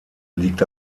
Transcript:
liegt